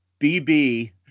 BB